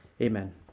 Amen